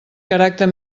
caràcter